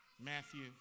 Matthew